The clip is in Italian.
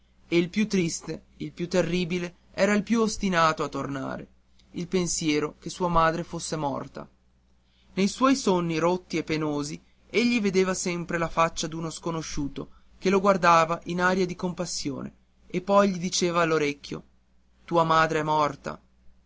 e il più triste il più terribile era il più ostinato a tornare il pensiero che sua madre fosse morta nei suoi sogni rotti e pensosi egli vedeva sempre la faccia d'uno sconosciuto che lo guardava in aria di compassione e poi gli diceva all'orecchio tua madre è morta